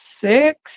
six